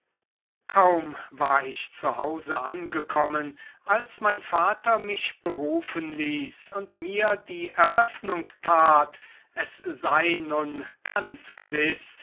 kaum war ich zu hause angekommen als mein vater mich berufen ließ und mir die eröffnung tat es sei nun ganz gewiß